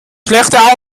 schlechte